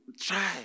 try